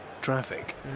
traffic